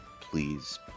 please